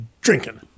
drinking